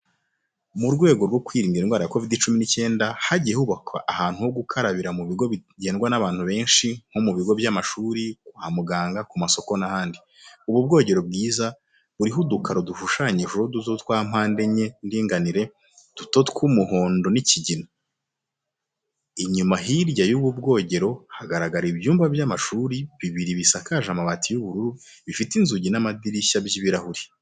Mu rwego rwo kwirinda indwara ya Covid-19, hagiye hubakwa ahantu ho gukarabira mu bigo bigendwa n'abantu benshi, nko mu bigo by'amashuri, kwa muganga, ku masoko n'ahandi. Ubu bwogero bwiza, buriho udukaro dushushanyijeho duto twa mpande enye ndinganire duto tw'umuhondo n'ikigina. Inyuma hirya y'ubu bwogero haragaragara ibyuma by'amashuri bibiri bisakaje amabati y'ubururu, bifite inzugi n'amadirishya by'ibirahuri.